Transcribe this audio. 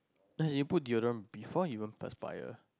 then he put deodorant before it won't expired